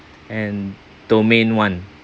and domain one